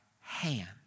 hand